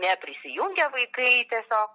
neprisijungę vaikai tiesiog